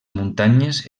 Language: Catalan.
muntanyes